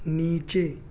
نیچے